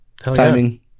timing